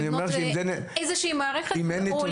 לבנות איזושהי מערכת --- אז אני אומר שאם אין נתונים,